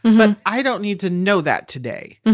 but i don't need to know that today.